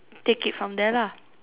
take it from there lah